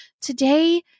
today